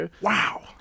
Wow